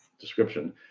description